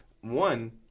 one